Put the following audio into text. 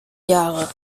jahre